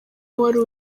wari